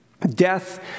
death